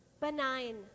benign